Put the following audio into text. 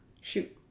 shoot